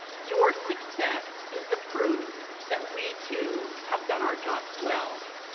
your success is the proof that we too have done our jobs well.